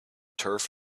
turf